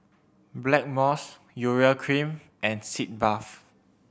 Blackmores Urea Cream and Sitz Bath